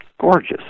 gorgeous